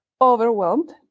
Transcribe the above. overwhelmed